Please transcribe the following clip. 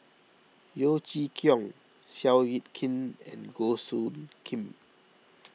Yeo Chee Kiong Seow Yit Kin and Goh Soo Khim